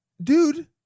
Dude